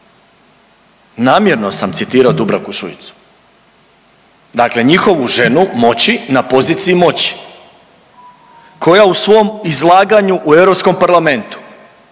namjerno sam citirao Dubravku Šuicu, dakle njihovu ženu moći na poziciji moći koja u svom izlaganju u Europskom parlamentu,